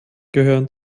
gehören